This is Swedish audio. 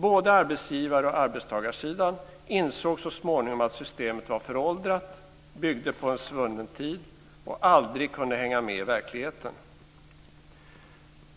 Både arbetsgivar och arbetstagarsidan insåg så småningom att systemet var föråldrat, byggde på en svunnen tid och aldrig kunde hänga med i verkligheten.